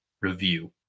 review